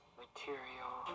material